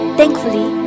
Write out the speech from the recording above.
thankfully